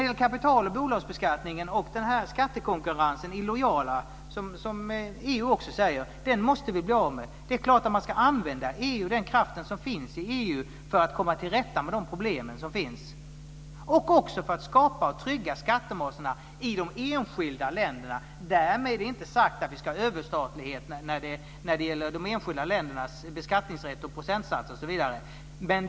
Den illojala skattekonkurrensen inom kapital och bolagsbeskattningen måste vi, som EU också säger, bli av med. Det är klart att man ska använda den kraft som finns i EU för att komma till rätta med de problem som finns och även för att skapa och trygga skattebaserna i de enskilda länderna. Därmed inte sagt att vi ska ha överstatlighet när det gäller de enskilda ländernas beskattningsrätt, procentsatser osv.